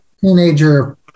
teenager